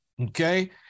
okay